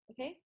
Okay